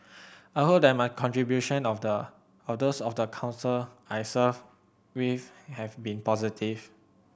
I hope that my contribution of the those of the Council I served with have been positive